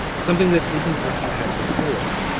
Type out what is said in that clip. something that isn't what you had before,